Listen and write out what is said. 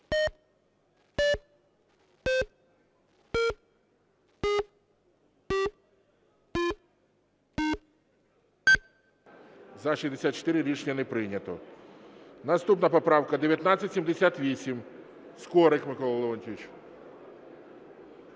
За-64 Рішення не прийнято. Наступна поправка 1978, Скорик Микола Леонідович.